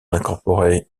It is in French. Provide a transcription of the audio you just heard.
incorporées